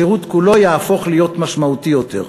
השירות כולו יהפוך להיות משמעותי יותר.